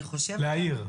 להעיר.